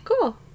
Cool